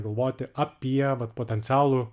galvoti apie potencialų